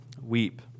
weep